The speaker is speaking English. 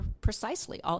precisely